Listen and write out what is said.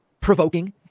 provoking